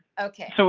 okay. so,